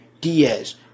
Diaz